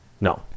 No